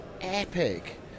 epic